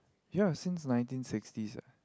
ya since nineteen sixties ah